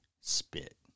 spit